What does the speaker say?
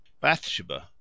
Bathsheba